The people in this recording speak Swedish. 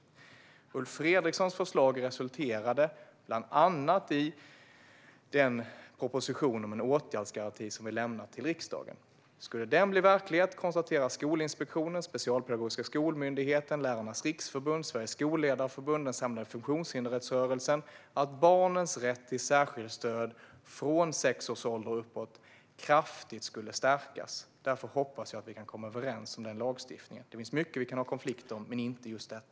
Ulf Fredrikssons förslag resulterade bland annat i den proposition om en åtgärdsgaranti som vi har lämnat till riksdagen. Om den blir verklighet konstaterar Skolinspektionen, Specialpedagogiska skolmyndigheten, Lärarnas Riksförbund, Sveriges Skolledarförbund och den samlade funktionshindersrättsrörelsen att barnens rätt till särskilt stöd från sex års ålder och uppåt kraftigt skulle stärkas. Därför hoppas jag att vi kan komma överens om den här lagstiftningen. Det finns mycket som vi kan ha konflikter om men inte just detta.